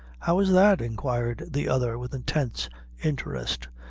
how is that? inquired the other, with intense interest,